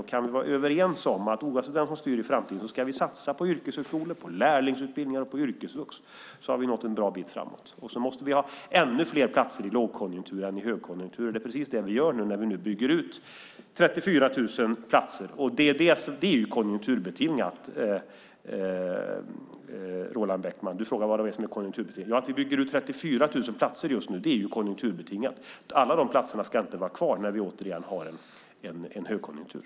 Om vi kan vara överens om att vi, oavsett vem som styr i framtiden, ska satsa på yrkeshögskolor, på lärlingsutbildningar och på yrkesvux så har vi nått en bra bit framåt. Vi måste också ha ännu fler platser i lågkonjunktur än i högkonjunktur. Det är precis det som vi gör nu när vi nu bygger ut med 34 000 platser. Det är konjunkturbetingat, Roland Bäckman. Du frågade vad som är konjunkturbetingat. Att vi bygger ut med 34 000 platser just nu är konjunkturbetingat. Alla dessa platser ska inte vara kvar när vi återigen har en högkonjunktur.